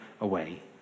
away